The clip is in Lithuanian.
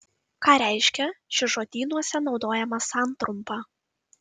ką reiškia ši žodynuose naudojama santrumpa